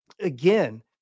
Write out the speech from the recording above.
again